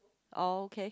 ah okay